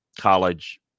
college